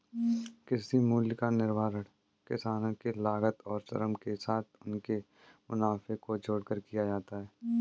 कृषि मूल्य का निर्धारण किसानों के लागत और श्रम के साथ उनके मुनाफे को जोड़कर किया जाता है